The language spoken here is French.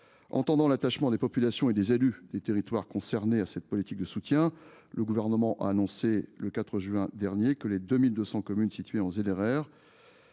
Attentif à l’attachement des populations et des élus des territoires concernés aux politiques de soutien, le Gouvernement a annoncé le 4 juin dernier que les quelque 2 200 communes situées en ZRR,